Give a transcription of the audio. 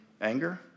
anger